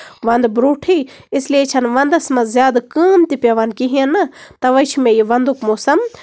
وَندٕ برونٹھٕے اس لیے چھےٚ نہٕ وَندَس منٛز زیادٕ کٲم تہِ پیٚوان کِہینۍ نہٕ تَوے چھُ مےٚ یہِ وَندُک موسَم